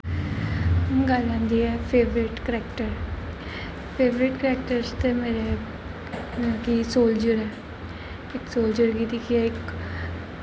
हून गल्ल आंदी ऐ फेवरेट कैरेक्टर फेवरेट कैरेक्टर ते मेरे ते सोल्जर ऐ सोल्जर गी दिक्खियै